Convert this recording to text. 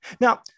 Now